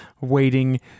waiting